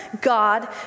God